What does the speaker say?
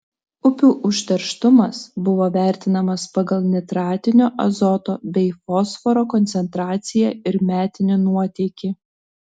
upių užterštumas buvo vertinamas pagal nitratinio azoto bei fosforo koncentraciją ir metinį nuotėkį